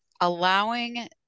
allowing